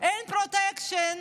אין פרוטקשן,